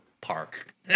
Park